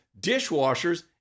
dishwashers